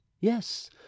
Yes